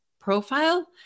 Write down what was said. profile